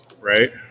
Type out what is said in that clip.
Right